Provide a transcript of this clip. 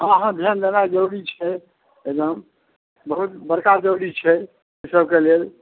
हॅं हॅं ध्यान देनाइ जरूरी छै एकदम बहुत बड़का जरूरी छै ई सभके लेल